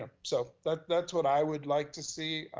so that's that's what i would like to see.